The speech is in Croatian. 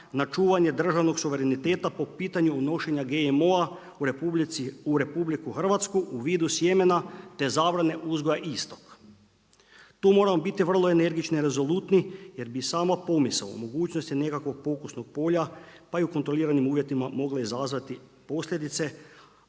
na čuvanje državnog suvereniteta po pitanju unošenja GMO-a u RH, u vidu sjemena te zabrane uzgoja istog. Tu moramo biti vrlo energični, rezolutni jer bi sama pomisao u mogućnosti nekakvog pokusnog polja pa i u kontroliranim uvjetima mogla izazivati posljedice